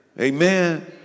Amen